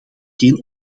geen